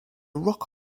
rock